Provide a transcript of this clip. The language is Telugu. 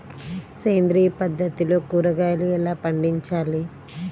సేంద్రియ పద్ధతిలో కూరగాయలు ఎలా పండించాలి?